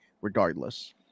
regardless